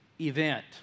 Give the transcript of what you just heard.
event